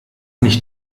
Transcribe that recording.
nicht